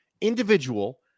individual